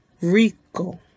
Rico